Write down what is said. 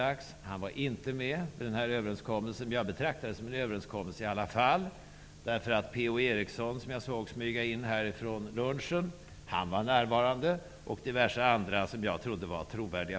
Han var inte med om den här överenskommelsen. Jag betraktar det som en överenskommelse i alla fall. Per-Ola Eriksson, som jag såg smyga in här i kammaren efter lunchen, var nämligen närvarande. Det var också diverse andra personer, som jag trodde var trovärdiga.